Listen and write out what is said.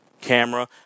camera